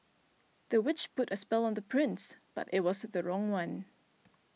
the witch put a spell on the prince but it was the wrong one